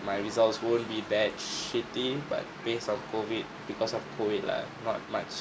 my results won't be that shitty but based on COVID because of COVID lah not much